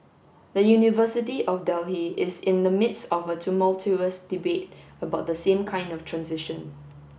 the University of Delhi is in the midst of a tumultuous debate about the same kind of transition